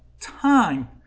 time